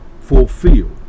fulfilled